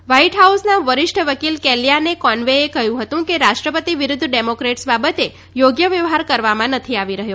white હાઉસના વરિષ્ઠ વકીલ કેલ્યાને કોન્વેએ કહ્યું હતું કે રાષ્ટ્રપતિ વિરૂદ્ધ ડેમોક્રેટ્સ બાબતે યોગ્ય વ્યવહાર કરવામાં નથી આવી રહ્યો